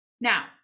now